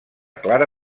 clara